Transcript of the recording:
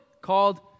called